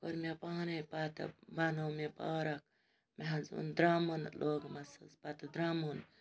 کٔر مےٚ پانَے پَتہٕ بَنوو مےٚ پارک مےٚ حظ اوٚن درٛمُن لوگمَس حظ پَتہٕ درٛمُن